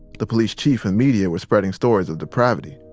the police chief and media were spreading stories of depravity.